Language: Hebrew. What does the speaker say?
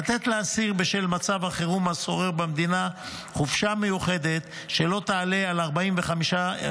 לתת לאסיר חופשה מיוחדת שלא תעלה על 45 ימים,